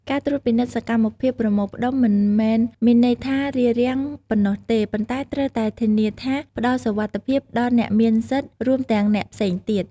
ការត្រួតពិនិត្យសកម្មភាពប្រមូលផ្តុំមិនមែនមានន័យថា "រារាំង" ប៉ុណ្ណោះទេ ប៉ុន្តែត្រូវតែធានាថាផ្តល់សុវត្ថិភាពដល់អ្នកមានសិទ្ធិ រួមទាំងអ្នកផ្សេងទៀត។